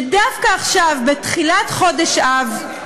ודווקא עכשיו, בתחילת חודש אב,